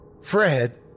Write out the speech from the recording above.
Fred